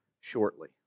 shortly